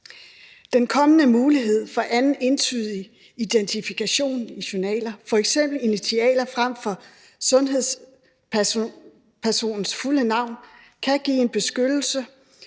Den kommende mulighed for anden entydig identifikation i journalen, f.eks. initialer frem for sundhedspersonens fulde navn, kan give en beskyttelse,